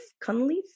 Cunliffe